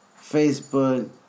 Facebook